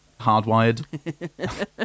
Hardwired